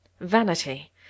Vanity